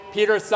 Peter